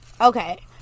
okay